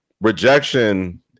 rejection